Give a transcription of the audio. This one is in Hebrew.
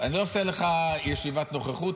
עכשיו, אני לא עושה לך ישיבת נוכחות.